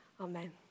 Amen